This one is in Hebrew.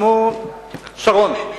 שמו שרון.